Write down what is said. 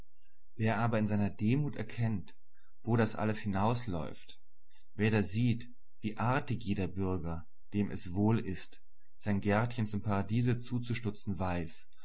wer aber in seiner demut erkennt wo das alles hinausläuft wer da sieht wie artig jeder bürger dem es wohl ist sein gärtchen zum paradiese zuzustutzen weiß